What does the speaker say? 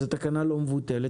התקנה לא מבוטלת.